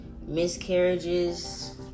miscarriages